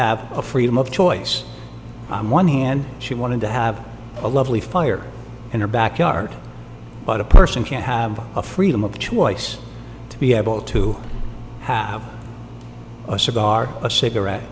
have a freedom of choice one hand she wanted to have a lovely fire in her backyard but a person can have a freedom of choice to be able to have a cigar a cigarette